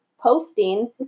posting